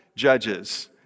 judges